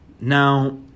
Now